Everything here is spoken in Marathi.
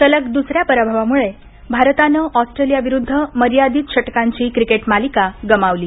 सलग दुसऱ्या पराभवामुळे भारतानं ऑस्ट्रेलिया विरुद्ध मर्यादित षटकांची क्रिकेट मालिका गमावली